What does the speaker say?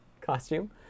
Costume